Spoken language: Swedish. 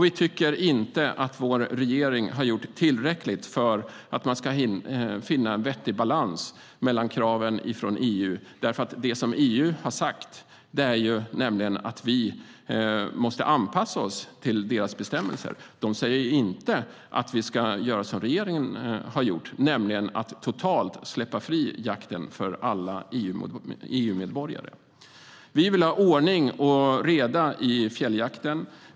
Vi tycker inte att vår regering har gjort tillräckligt för att finna en vettig balans när det gäller kraven från EU. Det som EU har sagt är nämligen att vi måste anpassa oss till deras bestämmelser. De säger inte att vi ska göra som regeringen har gjort, släppa jakten fri för alla EU-medborgare. Vi vill ha ordning och reda i fjälljakten.